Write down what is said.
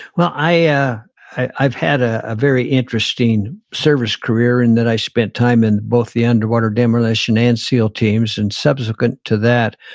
well, yeah i've had a very interesting service career in that i spent time in both the underwater demolition and seal teams. and subsequent to that,